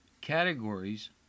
categories